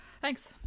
thanks